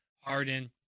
Harden